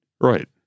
Right